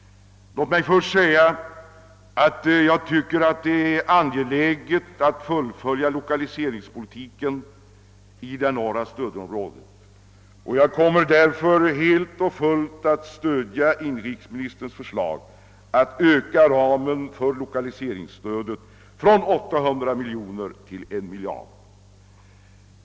Först vill jag dock säga, att det är angeläget att lokaliseringspolitiken i det norra stödområdet fullföljes. Jag kommer därför helt och fullt att stödja inrikesministerns förslag att öka ramen för lokaliseringsstödet från 800 miljoner kronor till 1 miljard kronor.